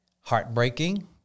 heartbreaking